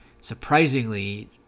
surprisingly